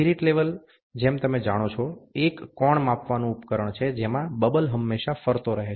spirit level જેમ તમે જાણો છો એક કોણ માપવાનું ઉપકરણ છે જેમાં બબલ હંમેશાં ફરતો રહે છે